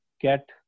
get